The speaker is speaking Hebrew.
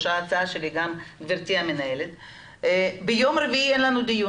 שלישי, ביום רביעי יהיה לנו דיון.